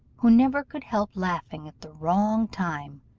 who never could help laughing at the wrong time,